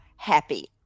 happy